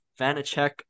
Vanacek